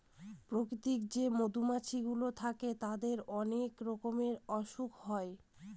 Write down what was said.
প্রাকৃতিক যে মধুমাছি গুলো থাকে তাদের অনেক রকমের অসুখ হয়